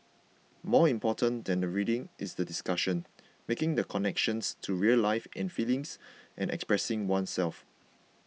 more important than the reading is the discussion making the connections to real life and feelings and expressing oneself